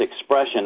expression